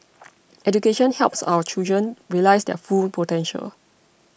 education helps our children realise their full potential